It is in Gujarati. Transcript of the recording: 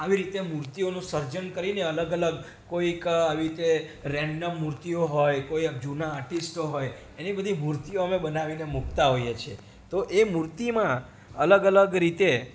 આવી રીતે મૂર્તિઓનું સર્જન કરીને અલગ અલગ કોઈક આવી રીતે રેન્ડમ મૂર્તિઓ હોય કોઈ જુના આર્ટિસ હોય એની બધી મૂર્તિઓ અમે બનાવીને મૂકતાં હોઈએ છે તો એ મૂર્તિમાં અલગ અલગ રીતે